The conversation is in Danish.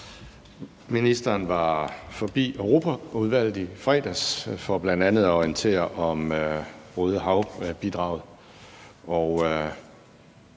Ministeren var forbi Europaudvalget i fredags for bl.a. at orientere om Røde Hav-bidraget.